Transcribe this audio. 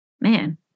man